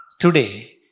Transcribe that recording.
Today